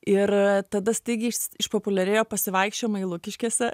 ir tada staigiai išpopuliarėjo pasivaikščiojimai lukiškėse